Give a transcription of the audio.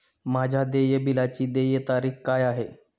माझ्या देय बिलाची देय तारीख काय आहे?